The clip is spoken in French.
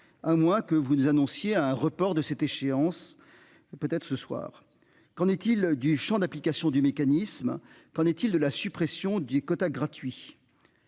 Un mois que vous nous annonciez à un report de cette échéance. Peut-être ce soir. Qu'en est-il du Champ d'application du mécanisme. Qu'en est-il de la suppression des quotas gratuits.